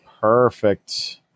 Perfect